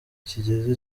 cyigeze